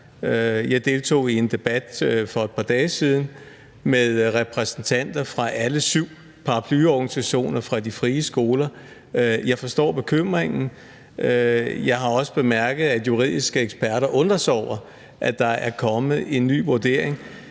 Jeg deltog i en debat for et par dage siden med repræsentanter fra alle syv paraplyorganisationer fra de frie skoler. Jeg forstår bekymringen. Jeg har også bemærket, at juridiske eksperter undrer sig over, at der er kommet en ny vurdering.